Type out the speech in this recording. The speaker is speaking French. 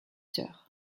sœur